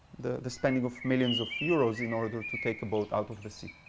the the spending of millions of euros in order to take a boat out of the sea.